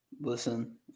Listen